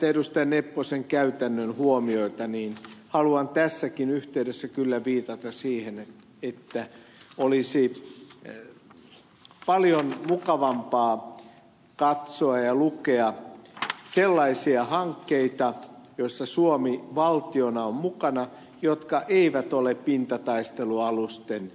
nepposen käytännön huomioita haluan tässäkin yh teydessä kyllä viitata siihen että olisi paljon mukavampaa katsoa ja lukea sellaisista hankkeista joissa suomi valtiona on mukana jotka eivät ole pintataistelualusten rakentamissuunnittelua